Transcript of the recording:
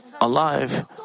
alive